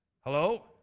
Hello